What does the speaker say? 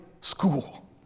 school